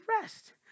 rest